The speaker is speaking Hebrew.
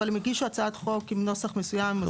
אבל הם הגישו הצעת חוק עם נוסח מסוים.